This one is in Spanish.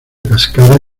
cascada